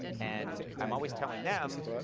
and i'm always telling them,